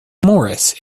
morris